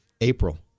April